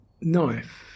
knife